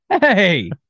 Hey